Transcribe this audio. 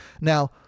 Now